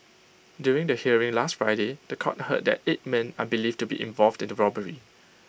during the hearing last Friday The Court heard that eight men are believed to be involved the robbery